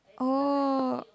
oh